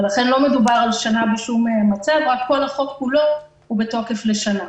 לכן לא מדובר על שנה בשום מצב אלא החוק כולו הוא בתוקף לשנה.